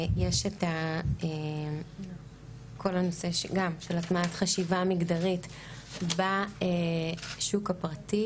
יש את כל הנושא של הטמעת חשיבה מגדרית בשוק הפרטי.